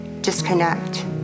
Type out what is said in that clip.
disconnect